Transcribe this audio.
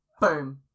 boom